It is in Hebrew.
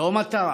לא מטרה.